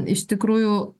iš tikrųjų